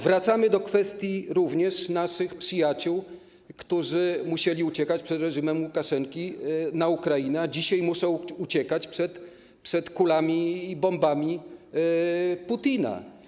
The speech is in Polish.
Wracamy również do kwestii naszych przyjaciół, którzy musieli uciekać przed reżimem Łukaszenki na Ukrainę, a dzisiaj muszą uciekać przed kulami i bombami Putina.